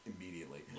Immediately